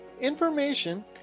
information